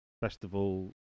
festival